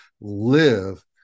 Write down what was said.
live